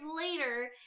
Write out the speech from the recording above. later